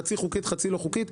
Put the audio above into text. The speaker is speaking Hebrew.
חצי חוקית וחצי לא חוקית,